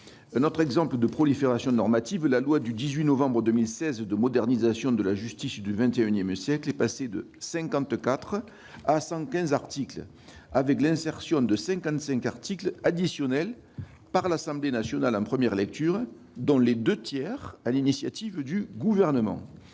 Autre exemple de prolifération normative : la loi du 18 novembre 2016 de modernisation de la justice du XXI siècle est passée de 54 à 115 articles, avec l'insertion de 55 articles additionnels par l'Assemblée nationale en première lecture, dont les deux tiers sur l'initiative du Gouvernement.